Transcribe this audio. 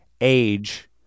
age